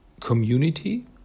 community